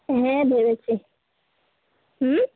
হ্যাঁ বলেছে হুম